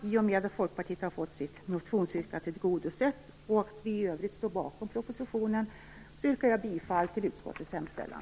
I och med att Folkpartiet har fått sitt motionsyrkande tillgodosett och att vi i övrigt står bakom propositionen yrkar jag bifall till utskottets hemställan.